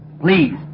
Please